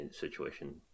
situation